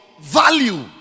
value